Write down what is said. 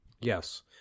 Yes